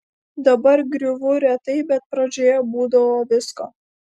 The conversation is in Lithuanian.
dabar griūvu retai bet pradžioje būdavo visko